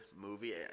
movie